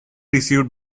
received